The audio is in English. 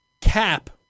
cap